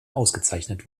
ausgezeichnet